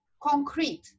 concrete